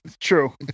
True